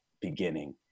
beginning